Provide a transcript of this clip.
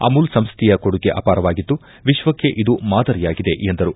ಅಮೂಲ್ ಸಂಸ್ಥೆಯ ಕೊಡುಗೆ ಅಪಾರವಾಗಿದ್ದು ವಿಶ್ವಕ್ಷೆ ಇದು ಮಾದರಿಯಾಗಿದೆ ಎಂದರು